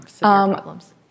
problems